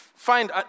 find